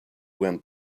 went